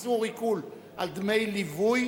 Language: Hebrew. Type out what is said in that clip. איסור עיקול דמי ליווי),